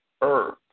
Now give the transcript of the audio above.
earth